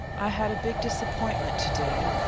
i had a big disappointment to-day,